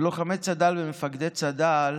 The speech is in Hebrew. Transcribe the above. לוחמי צד"ל ומפקדי צד"ל